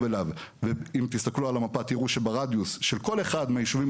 אליו ואם תסתכלו על המפה תראו שברדיוס של כל אחד מהיישובים